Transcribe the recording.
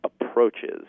approaches